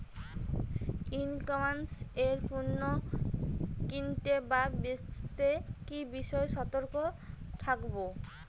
ই commerce এ পণ্য কিনতে বা বেচতে কি বিষয়ে সতর্ক থাকব?